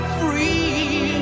free